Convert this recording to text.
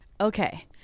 Okay